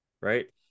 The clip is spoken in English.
right